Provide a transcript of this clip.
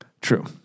True